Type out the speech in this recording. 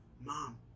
Mom